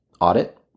audit